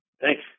Thanks